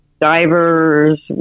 divers